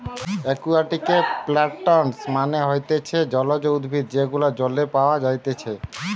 একুয়াটিকে প্লান্টস মানে হতিছে জলজ উদ্ভিদ যেগুলো জলে পাওয়া যাইতেছে